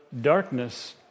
darkness